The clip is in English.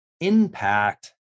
impact